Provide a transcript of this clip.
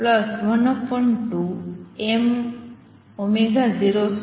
Enn એ 12mv212m02x2 છે